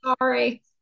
Sorry